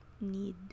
need